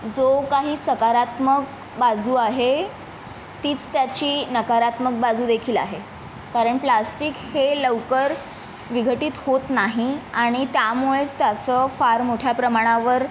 जो काही सकारात्मक बाजू आहे तीच त्याची नकारात्मक बाजू देखील आहे कारण प्लास्टिक हे लवकर विघटीत होत नाही आणि त्यामुळेच त्याचं फार मोठ्या प्रमाणावर